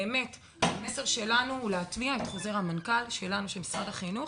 המסר שלנו הוא להטמיע את חוזר המנכ"ל של משרד החינוך